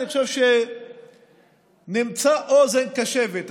אני חושב שנמצא אוזן קשבת,